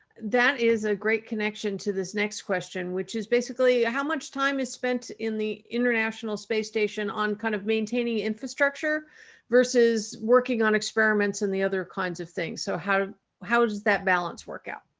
that is a great connection to this next question, which is basically ah how much time is spent in the international space station on kind of maintaining infrastructure versus working on experiments and the other kinds of things? so how how does that balance work out?